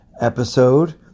episode